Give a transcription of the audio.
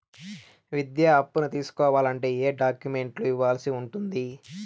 విద్యా అప్పును తీసుకోవాలంటే ఏ ఏ డాక్యుమెంట్లు ఇవ్వాల్సి ఉంటుంది